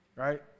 Right